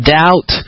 doubt